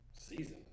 Season